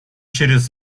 через